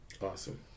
Awesome